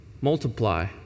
Multiply